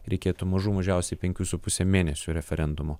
reikėtų mažų mažiausiai penkių su puse mėnesių referendumo